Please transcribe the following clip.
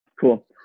cool